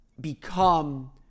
become